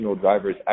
drivers